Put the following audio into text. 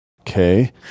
Okay